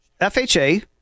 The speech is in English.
FHA